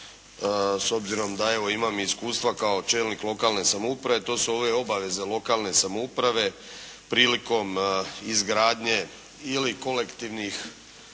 s obzirom da evo imam iskustva kao čelnik lokalne samouprave, to su ove obaveze lokalne samouprave prilikom izgradnje ili kolektivnih zgrada